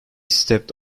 stepped